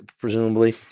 presumably